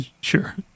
Sure